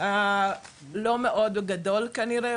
לא מאוד גדול כנראה,